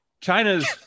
China's